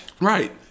Right